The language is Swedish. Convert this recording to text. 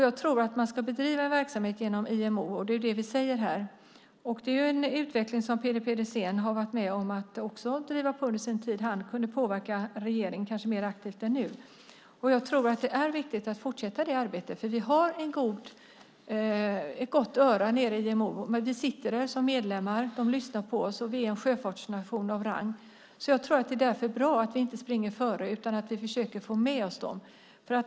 Jag tror att man ska bedriva en verksamhet inom IMO. Det är ju det vi säger här. Det är en utveckling som Peter Pedersen har varit med om att driva på under sin tid när han kunde påverka regeringen kanske mer aktivt än nu. Jag tror att det är viktigt att fortsätta det arbetet. Vi har ett gott öra nere i IMO. Vi sitter där som medlemmar. De lyssnar på oss, och vi är en sjöfartsnation av rang. Så jag tror att det är bra att vi inte springer före utan att vi försöker få med oss dem.